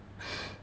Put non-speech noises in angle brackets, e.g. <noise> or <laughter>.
<breath>